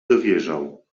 dowierzał